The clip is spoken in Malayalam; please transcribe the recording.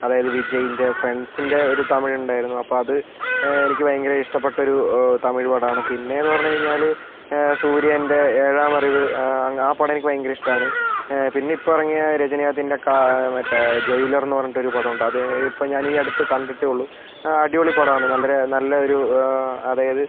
അതായത് വിജയിന്റെ ഫ്രണ്ട്സിന്റെ ഒരു തമിഴ് ഉണ്ടായിരുന്നു അപ്പോൾ അത് എനിക്ക് ഭയങ്കര ഇഷ്ടപ്പെട്ടൊരു തമിഴ് പടമാണ് പിന്നെ എന്ന് പറഞ്ഞുകഴിഞ്ഞാൽ സൂര്യേന്റെ ഏഴാം അറിവ് ആ പടം എനിക്ക് ഭയങ്കര ഇഷ്ടമാണ് പിന്നെ ഇപ്പോൾ ഇറങ്ങിയ രജനീകാന്തിന്റെ കാ മറ്റേ ജെയിലർ എന്ന് പറഞ്ഞിട്ട് ഒരു പടമുണ്ട് അത് ഇപ്പോൾ ഞാൻ അടുത്ത് കണ്ടിട്ടേ ഉള്ളൂ അടിപൊളി പടമാണ് നല്ലൊരു നല്ല ഒരു അതായത്